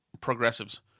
progressives